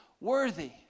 worthy